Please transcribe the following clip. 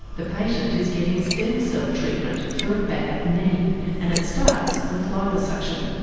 the patient is getting stem cell treatment for a bad knee and it starts with liposuction.